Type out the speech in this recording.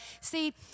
See